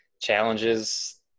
challenges